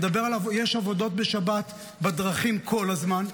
יש עבודות בשבת בדרכים כל הזמן,